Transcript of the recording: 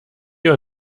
hier